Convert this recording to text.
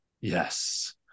yes